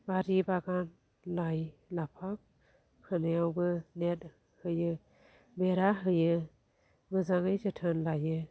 बारि बागान लाय लाफा फोनायावबो नेट होयो बेरा होयो मोजाङै जोथोन लायो